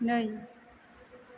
नै